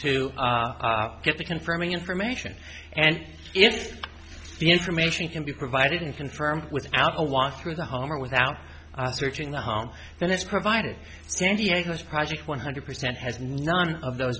to get the confirming information and if the information can be provided and confirmed without a walk through the heart without searching the home and that's provided san diego's project one hundred percent has none of those